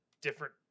different